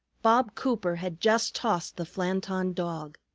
bob cooper had just tossed the flanton dog.